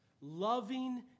loving